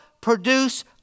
produce